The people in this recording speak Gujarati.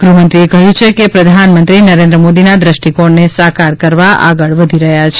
ગૃહ મંત્રીએ કહ્યું કે પ્રધાનમંત્રી નરેન્દ્ર મોદીના દ્રષ્ટિકોણને સાકાર કરવા આગળ વધી રહ્યા છે